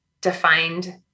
defined